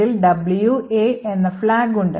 അതിൽ WA എന്ന flag ഉണ്ട്